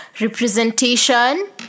representation